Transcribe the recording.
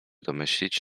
domyślić